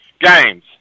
games